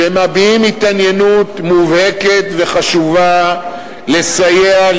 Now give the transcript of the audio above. שמביעים התעניינות מובהקת וחשובה לסייע,